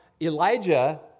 Elijah